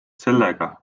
sellega